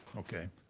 okay.